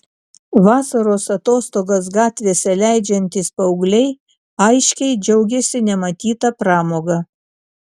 vasaros atostogas gatvėse leidžiantys paaugliai aiškiai džiaugėsi nematyta pramoga